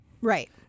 Right